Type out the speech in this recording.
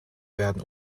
werden